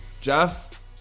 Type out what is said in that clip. jeff